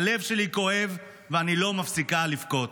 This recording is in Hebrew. הלב שלי כואב ואני לא מפסיקה לבכות.